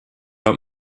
not